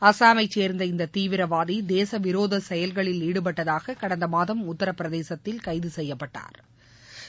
அசாமை சேர்ந்த இந்த தீவிரவாதி தேசவிரோத செயல்களில் ஈடுபட்டதாக கடந்த மாதம் உத்தரப்பிரதேசத்தில் கைது செய்யப்பட்டாள்